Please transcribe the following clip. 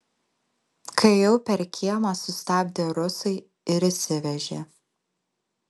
kai ėjau per kiemą sustabdė rusai ir išsivežė